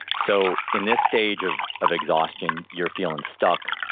so in this stage of of exhaustion, you're feeling stuck.